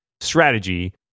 strategy